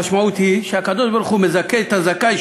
המשמעות היא שהקדוש-ברוך-הוא מזכה את הזכאי,